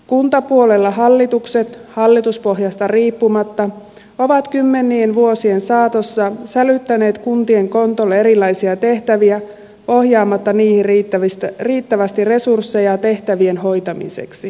kuntapuolella hallitukset hallituspohjasta riippumatta ovat kymmenien vuosien saatossa sälyttäneet kuntien kontolle erilaisia tehtäviä ohjaamatta niihin riittävästi resursseja tehtävien hoitamiseksi